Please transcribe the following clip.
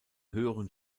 höheren